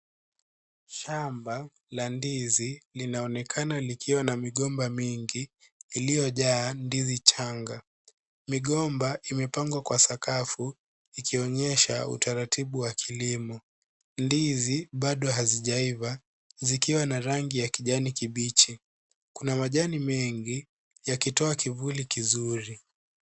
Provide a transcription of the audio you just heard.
Shamba la ndizi linaonekana likiwa na migomba mingi iliyojaa ndizi changa. Migomba imepangwa kwa sakafu ikionyesha utaratibu wa kilimo. Ndizi bado hazijaiva zikiwa na rangi ya kijani kibichi. Kuna majani mengi yakitoa kivuli kizuri.